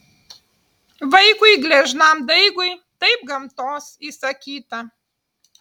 vaikui gležnam daigui taip gamtos įsakyta